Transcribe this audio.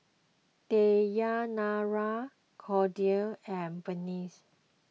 Dayanara Claudine and